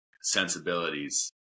sensibilities